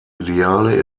ideale